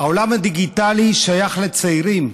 העולם הדיגיטלי שייך לצעירים.